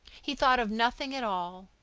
he thought of nothing at all.